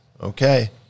Okay